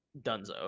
Dunzo